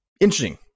interesting